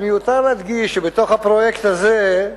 זה מיותר להדגיש שבתוך הפרויקט הזה,